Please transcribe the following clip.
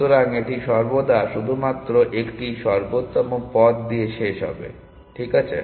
সুতরাং এটি সর্বদা শুধুমাত্র একটি সর্বোত্তম পথ দিয়ে শেষ হবে ঠিক আছে